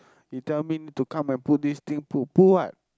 you tell me to come and put this thing put put what